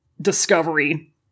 discovery